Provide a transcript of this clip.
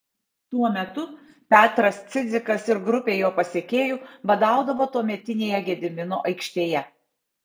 tuo metu petras cidzikas ir grupė jo pasekėjų badaudavo tuometinėje gedimino aikštėje